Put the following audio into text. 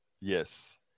yes